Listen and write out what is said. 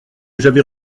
j’avais